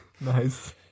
Nice